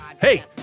Hey